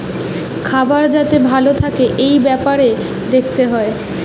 খাবার যাতে ভালো থাকে এই বেপারে দেখতে হয়